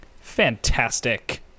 Fantastic